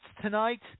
tonight